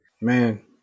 Man